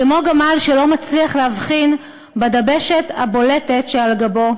כמו גמל שלא מצליח להבחין בדבשת הבולטת שעל גבו,